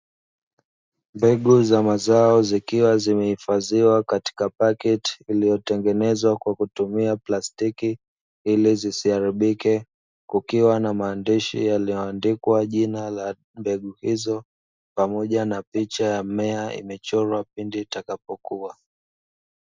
Mbegu za mazao, zikiwa zimehifadhiwa katika pakiti iliyotengenezwa kwa kutumia plastiki ili zisiharibike, kukiwa na maandishi yaliyoandikwa jina la mbegu hizo pamoja na picha ya mmea imechorwa pindi itakapokua.